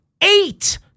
Eight